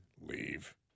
leave